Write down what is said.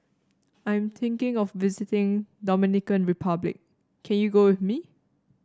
I am thinking of visiting Dominican Republic can you go with me